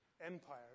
empire